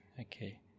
okay